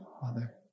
Father